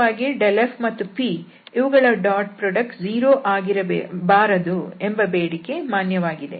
ಸಹಜವಾಗಿ ∇f ಮತ್ತು p ಇವುಗಳ ಡಾಟ್ ಪ್ರೋಡಕ್ಟ್ 0 ಆಗಿರಬಾರದು ಎಂಬ ಬೇಡಿಕೆ ಮಾನ್ಯವಾಗಿದೆ